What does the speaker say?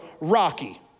Rocky